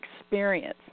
experience